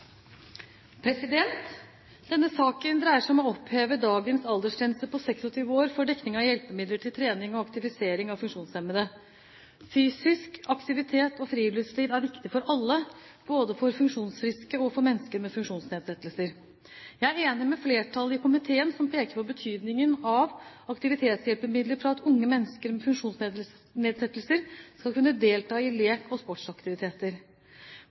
Denne saken dreier seg om å oppheve dagens aldersgrense på 26 år for dekning av hjelpemidler til trening og aktivisering av funksjonshemmede. Fysisk aktivitet og friluftsliv er viktig for alle, både for funksjonsfriske og for mennesker med funksjonsnedsettelser. Jeg er enig med flertallet i komiteen som peker på betydningen av aktivitetshjelpemidler for at unge mennesker med funksjonsnedsettelser skal kunne delta i lek og sportsaktiviteter.